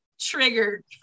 triggered